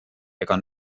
ega